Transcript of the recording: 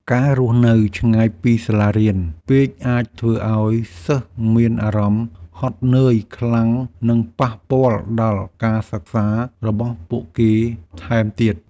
ការរស់នៅឆ្ងាយពីសាលារៀនពេកអាចធ្វើឱ្យសិស្សមានអារម្មណ៍ហត់នឿយខ្លាំងនិងប៉ះពាល់ដល់ការសិក្សារបស់ពួកគេថែមទៀត។